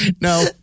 No